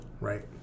Right